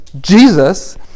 Jesus